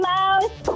Mouse